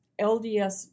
LDS